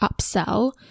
upsell